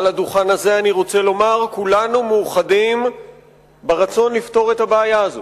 מעל לדוכן הזה אני רוצה לומר: כולנו מאוחדים ברצון לפתור את הבעיה הזו,